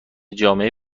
جامعه